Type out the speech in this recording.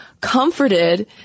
comforted